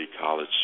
college